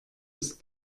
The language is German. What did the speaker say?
ist